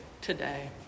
today